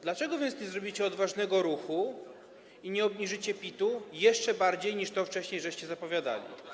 Dlaczego więc nie zrobicie odważnego ruchu i nie obniżycie PIT-u jeszcze bardziej, niż to wcześniej zapowiadaliście?